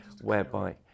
Whereby